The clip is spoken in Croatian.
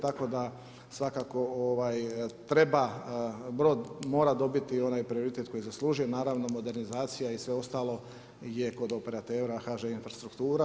Tako da svakako treba Brod, mora dobiti onaj prioritet koji zaslužuje, naravno modernizacija i sve ostalo je kod operatera HŽ infrastruktura.